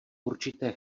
určité